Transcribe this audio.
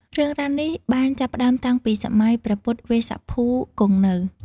រឿងរ៉ាវនេះបានចាប់ផ្ដើមតាំងពីសម័យ ព្រះពុទ្ធវេស្សភូ គង់នៅ។